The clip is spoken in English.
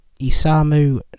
Isamu